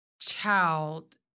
child